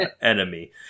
enemy